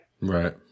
Right